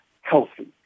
healthy